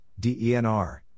DENR